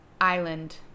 Island